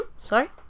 Sorry